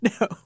No